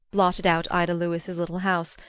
blotted out ida lewis's little house,